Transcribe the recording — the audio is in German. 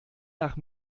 nach